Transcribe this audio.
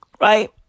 right